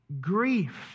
grief